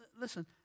listen